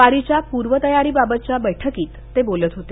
वारीच्या पूर्वतयारीबाबतच्या बैठकीत ते बोलत होते